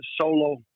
solo